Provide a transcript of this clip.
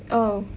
oh